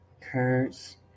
curse